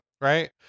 Right